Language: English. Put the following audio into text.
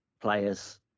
players